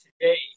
today